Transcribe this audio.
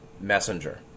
messenger